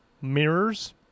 Mirrors